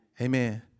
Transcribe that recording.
Amen